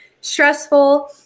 stressful